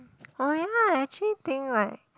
oh ya I actually think right